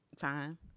time